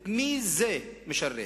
את מי זה משרת?